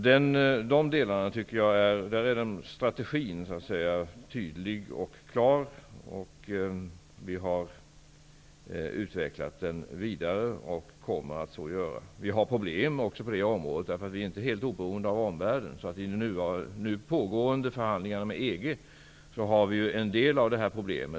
I de delarna tycker jag att strategin är tydlig. Vi har utvecklat den vidare och kommer att fortsätta med det. Men vi har problem också på det området. Vi är ju inte helt oberoende av omvärlden. I de nu pågående förhandlingarna med EG finns en del av det här problemet med.